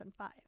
2005